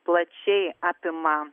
plačiai apima